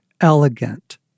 elegant